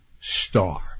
star